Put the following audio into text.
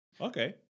Okay